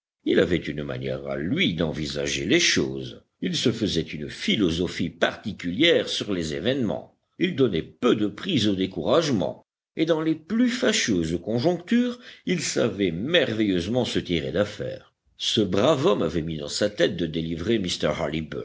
il avait une manière à lui d'envisager les choses il se faisait une philosophie particulière sur les événements il donnait peu de prise au découragement et dans les plus fâcheuses conjonctures il savait merveilleusement se tirer d'affaire ce brave homme avait mis dans sa tête de délivrer